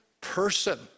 person